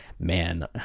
Man